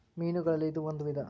ಮೇನುಗಳಲ್ಲಿ ಇದು ಒಂದ ವಿಧಾ